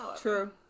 true